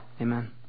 Amen